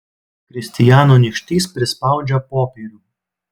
kristijano nykštys prispaudžia popierių